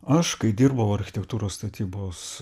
aš kai dirbau architektūros statybos